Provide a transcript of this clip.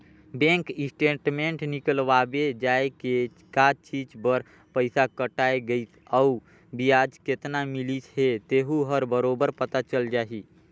bank statement निकलवाबे जाये के का चीच बर पइसा कटाय गइसे अउ बियाज केतना मिलिस हे तेहू हर बरोबर पता चल जाही